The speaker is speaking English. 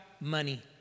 Money